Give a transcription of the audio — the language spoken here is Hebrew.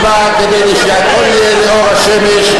היא באה כדי שהכול יהיה לאור השמש,